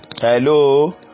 Hello